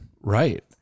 Right